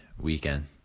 weekend